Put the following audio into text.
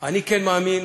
אני כן מאמין